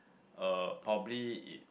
uh probably it